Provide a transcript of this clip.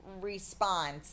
response